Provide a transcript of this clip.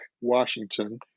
Washington